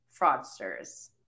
fraudsters